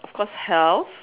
course health